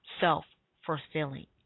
self-fulfilling